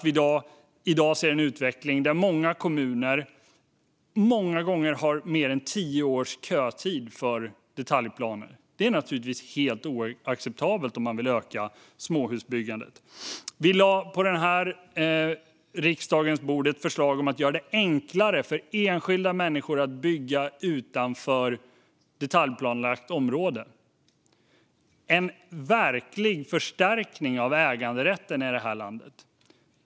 Vi ser i dag en utveckling där kommuner många gånger har mer än tio års kötid för detaljplaner. Det är förstås helt oacceptabelt om man vill öka småhusbyggandet. Vi lade på riksdagens bord ett förslag om att göra det enklare för enskilda människor att bygga utanför detaljplanelagt område, en verklig förstärkning av äganderätten i det här landet.